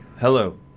Hello